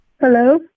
hello